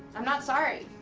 i'm not sorry.